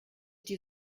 die